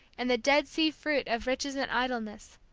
and the dead sea fruit of riches and idleness,